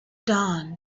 dawn